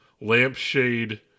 lampshade